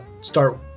start